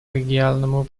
региональному